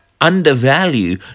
undervalue